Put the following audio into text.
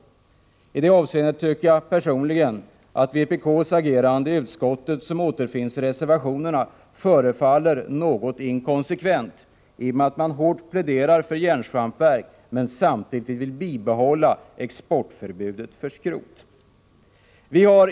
I det avseendet tycker jag personligen att vpk:s agerande i utskottet, som redovisas i form av reservationer, förefaller något inkonsekvent. Man pläderar hårt för järnsvampverk men vill samtidigt bibehålla exportförbudet för skrot.